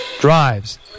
drives